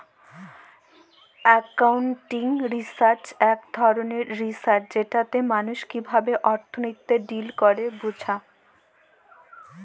accounting research ইক ধরলের research যেটতে মালুস কিভাবে অথ্থলিতিতে ডিল ক্যরে বুঝা